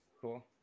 Cool